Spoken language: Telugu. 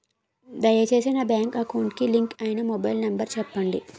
దయచేసి నా బ్యాంక్ అకౌంట్ కి లింక్ అయినా మొబైల్ నంబర్ చెప్పండి